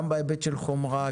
גם בהיבט של חומרה,